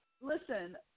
Listen